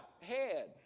head